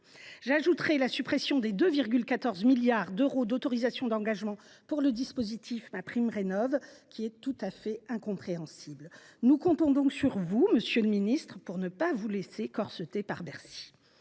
J’ajoute que la suppression de 2,14 milliards d’euros d’autorisations d’engagement consacrées au dispositif MaPrimeRénov’ est incompréhensible. Nous comptons sur vous, monsieur le ministre, pour ne pas vous laisser corseter par Bercy…